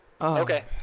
Okay